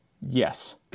Yes